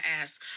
ass